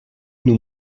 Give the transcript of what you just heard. nous